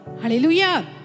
Hallelujah